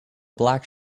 black